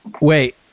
Wait